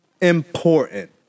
important